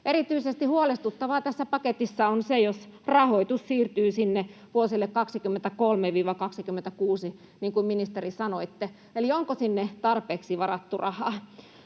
Erityisesti huolestuttavaa tässä paketissa on se, jos rahoitus siirtyy sinne vuosille 23—26, niin kuin ministeri sanoitte, eli onko sinne tarpeeksi varattu rahaa?